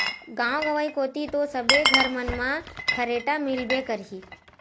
गाँव गंवई कोती तो सबे घर मन म खरेटा मिलबे करही